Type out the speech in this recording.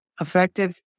effective